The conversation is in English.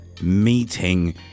Meeting